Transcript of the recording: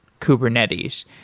Kubernetes